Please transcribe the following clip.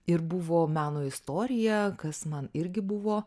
ir buvo meno istorija kas man irgi buvo